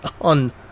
on